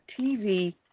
TV